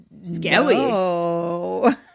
scary